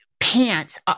pants